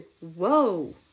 whoa